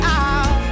out